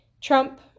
Trump